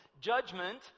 Judgment